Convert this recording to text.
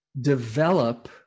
develop